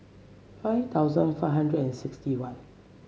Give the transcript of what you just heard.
five thousand five hundred and sixty one